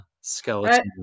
Skeleton